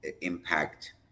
impact